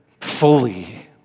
fully